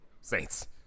Saints